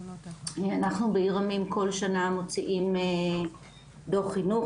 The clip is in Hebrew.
אנחנו בעיר עמים כל שנה מוציאים דו"ח חינוך,